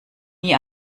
nie